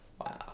Wow